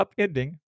upending